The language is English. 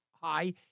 high